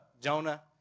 Jonah